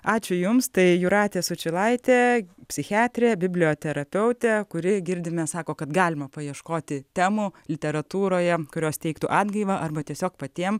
ačiū jums tai jūratė sučylaitė psichiatrė biblioterapeutė kuri girdime sako kad galima paieškoti temų literatūroje kurios teiktų atgaivą arba tiesiog patiem